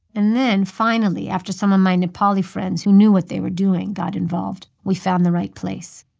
and then, finally, after some of my nepali friends who knew what they were doing got involved, we found the right place.